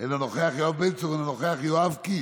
אינו נוכח, יואב בן צור, אינו נוכח.